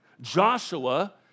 Joshua